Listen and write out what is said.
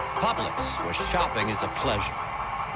publix. where shopping is a pleasure